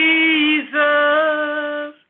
Jesus